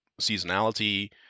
seasonality